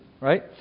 Right